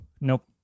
Nope